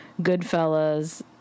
Goodfellas